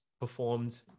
performed